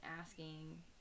asking